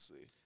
see